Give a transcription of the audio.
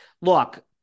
Look